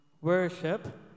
worship